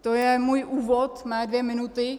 To je můj úvod, mé dvě minuty.